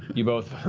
you both